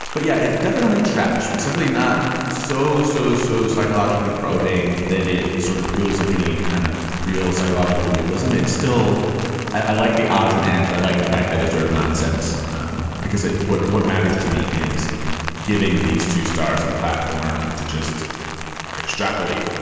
but yeah, it definitely trash. it's certainly not so. so so psychologically probing that it sort of feels like any kind of real psychological realism. it's still i like the odds and ends. i like the fact that it's sort of nonsense um because what what matters to me is giving these two stars a platform to just extrapolate